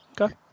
Okay